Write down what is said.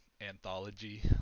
Anthology